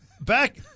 Back